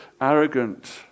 arrogant